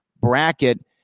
bracket